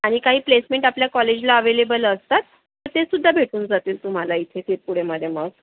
आणि काही प्लेसमेंट आपल्या कॉलेजला अवेलेबल असतात तर ते सुद्धा भेटून जातील तुम्हाला इथे तिरपुडेमध्ये मग